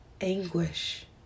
anguish